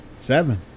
Seven